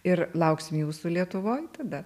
ir lauksim jūsų lietuvoj tada